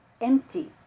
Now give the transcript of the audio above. empty